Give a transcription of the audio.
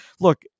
look